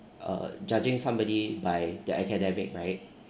uh judging somebody by their academic right